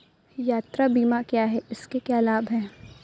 यात्रा बीमा क्या है इसके क्या लाभ हैं?